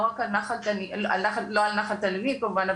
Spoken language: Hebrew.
לא על נחל תנינים כמובן,